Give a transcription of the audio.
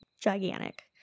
gigantic